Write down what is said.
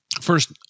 first